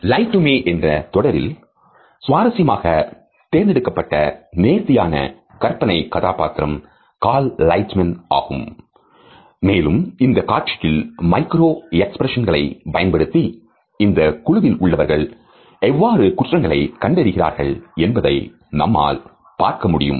Lie to Me என்ற தொடரில் சுவாரசியமாக தேர்ந்தெடுக்கப்பட்ட நேர்த்தியான கற்பனை கதாபாத்திரம் Cal Lightman ஆகும் மேலும் இந்த காட்சியில் மைக்ரோ எக்ஸ்பிரஷன் களை பயன்படுத்தி இந்த குழுவில் உள்ளவர்கள் எவ்வாறு குற்றங்களை கண்டறிகிறார்கள் என்பதை நம்மால் பார்க்க முடியும்